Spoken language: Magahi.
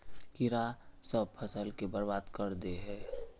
कीड़ा सब फ़सल के बर्बाद कर दे है?